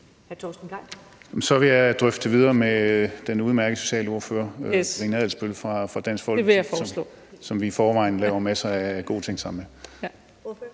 så vil jeg drøfte det videre med den udmærkede socialordfører Karina Adsbøl fra Dansk Folkeparti, som vi i forvejen laver masser af gode ting sammen med.